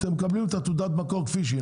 אלא מקבלים את תעודת המקור כפי שהיא.